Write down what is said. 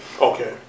Okay